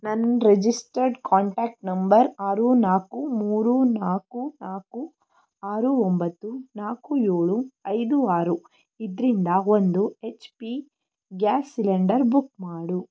ನನ್ನ registered contact number ಆರು ನಾಕು ಮೂರು ನಾಕು ನಾಕು ಆರು ಒಂಬತ್ತು ನಾಕು ಏಳು ಐದು ಆರು ಇದರಿಂದ ಒಂದು H P gas cylinder book ಮಾಡು